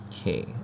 Okay